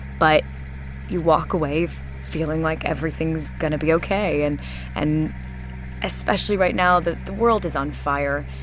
but you walk away feeling like everything's going to be ok. and and especially right now that the world is on fire,